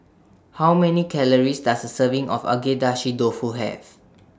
How Many Calories Does A Serving of Agedashi Dofu Have